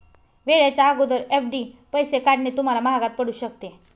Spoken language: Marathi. वेळेच्या अगोदर एफ.डी पैसे काढणे तुम्हाला महागात पडू शकते